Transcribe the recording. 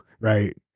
Right